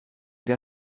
der